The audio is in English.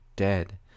dead